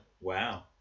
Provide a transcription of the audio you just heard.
wow